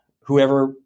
whoever